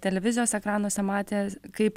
televizijos ekranuose matė kaip